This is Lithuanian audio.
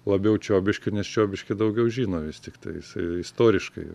labiau čiobiškių nes čiobišky daugiau žino vis tiktai jisai istoriškai